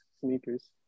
sneakers